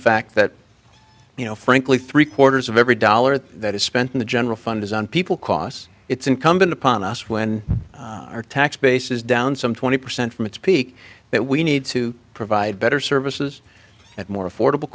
fact that you know frankly three quarters of every dollar that is spent in the general fund is on people costs it's incumbent upon us when our tax base is down some twenty percent from its peak that we need to provide better services at more affordable